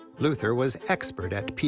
luther was expert at pr,